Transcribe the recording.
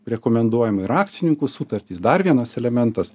rekomenduojama ir akcininkų sutartys dar vienas elementas